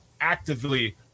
actively